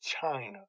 China